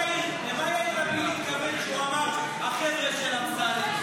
למה יאיר לפיד התכוון כשהוא אמר: החבר'ה של אמסלם?